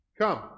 Come